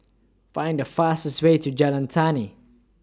Find The fastest Way to Jalan Tani